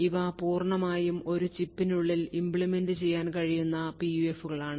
ഇവ പൂർണ്ണമായും ഒരു ചിപ്പിനുള്ളിൽ implement ചെയ്യാൻ കഴിയുന്ന PUFകളാണ്